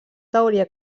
teoria